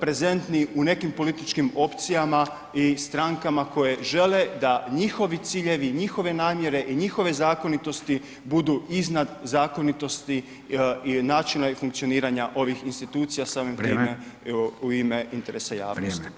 prezentni u nekim političkim opcijama i strankama i koje žele da njihovi ciljevi, njihove namjere i njihove zakonitosti budu iznad zakonitosti i načina i funkcioniranja ovih institucija samim time u ime interesa javnosti